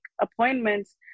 appointments